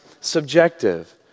subjective